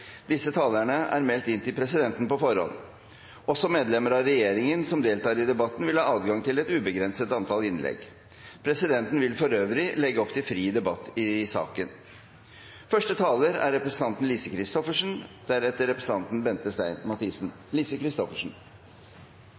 Disse talerne er meldt inn til presidenten på forhånd. Også medlemmer av regjeringen som deltar i debatten, vil ha adgang til et ubegrenset antall innlegg. Presidenten vil for øvrig legge opp til fri debatt i saken.